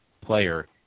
player